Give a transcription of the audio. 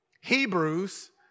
Hebrews